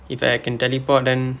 if I can teleport then